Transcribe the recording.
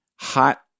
Hot